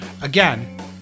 Again